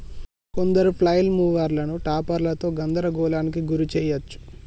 కొందరు ఫ్లైల్ మూవర్లను టాపర్లతో గందరగోళానికి గురి చేయచ్చు